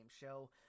show